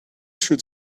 should